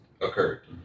occurred